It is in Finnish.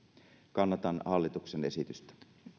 kannatan hallituksen esitystä